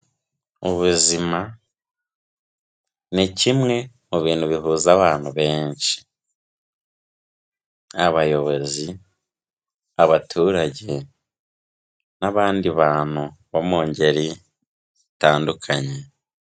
Ubuzima ni kimwe mu bintu bihuza abantu benshi: abayobozi, abaturage n'abandi bantu bo mu ngeri zitandukanye.